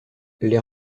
les